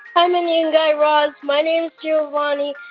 hi, mindy and guy raz. my name's giovanni.